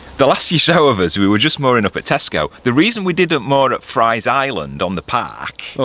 the last you saw so of us we were just mooring up at tesco, the reason we didn't moor at fry's island on the park,